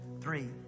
Three